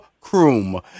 Croom